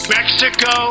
Mexico